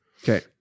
Okay